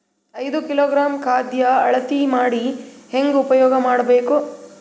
ಐದು ಕಿಲೋಗ್ರಾಂ ಖಾದ್ಯ ಅಳತಿ ಮಾಡಿ ಹೇಂಗ ಉಪಯೋಗ ಮಾಡಬೇಕು?